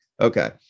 Okay